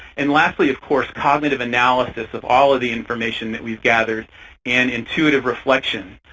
and lastly, of course, cognitive analysis of all of the information that we've gathered and intuitive reflection,